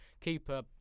Keeper